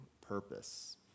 purpose